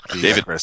David